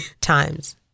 times